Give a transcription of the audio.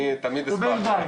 אני תמיד אשמח.